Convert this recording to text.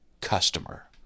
customer